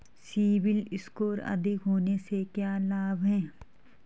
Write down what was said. CIBIL score अधिक होने से क्या लाभ हैं?